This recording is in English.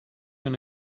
and